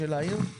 טבריה --- סמי,